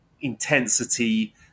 intensity